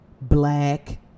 black